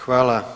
Hvala.